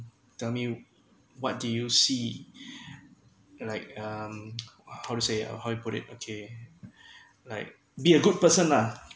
tell me what do you see like um how to say ah how you put it okay like be a good person lah